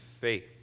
faith